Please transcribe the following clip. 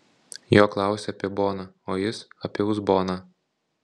jo klausia apie boną o jis apie uzboną